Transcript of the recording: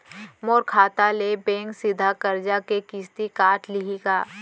मोर खाता ले बैंक सीधा करजा के किस्ती काट लिही का?